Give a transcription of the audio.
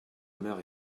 mère